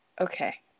Okay